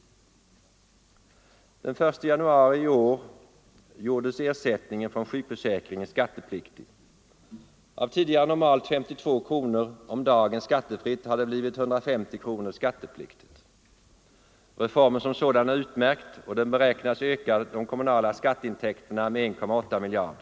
Den 1 januari i år gjordes ersättningen från sjukförsäkringen skattepliktig. Av tidigare maximalt 52 kronor om dagen skattefritt har det nu blivit 150 kronor skattepliktigt. Reformen som sådan är utmärkt, och den beräknas öka de kommunala skatteintäkterna med 1,8 miljarder.